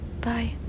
Bye